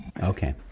Okay